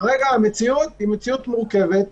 המציאות מורכבת.